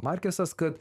markesas kad